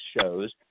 shows